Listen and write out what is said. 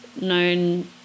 known